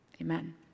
Amen